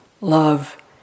love